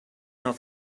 off